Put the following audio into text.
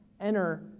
enter